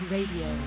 Radio